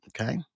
Okay